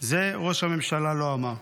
זה ראש הממשלה לא אמר.